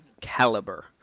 caliber